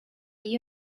you